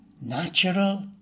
natural